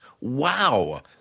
wow